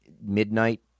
midnight